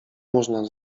można